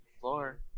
floor